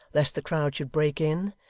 lest the crowd should break in,